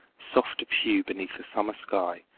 soft of hue beneath the summer sky,